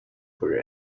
for